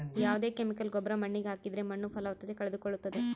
ಯಾವ್ದೇ ಕೆಮಿಕಲ್ ಗೊಬ್ರ ಮಣ್ಣಿಗೆ ಹಾಕಿದ್ರೆ ಮಣ್ಣು ಫಲವತ್ತತೆ ಕಳೆದುಕೊಳ್ಳುತ್ತದೆ